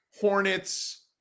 Hornets